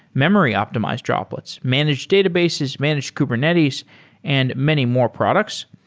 memory optimized droplets, managed databases, managed kubernetes and many more products.